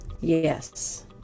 Yes